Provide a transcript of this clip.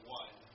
one